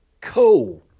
cool